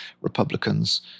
Republicans